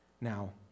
Now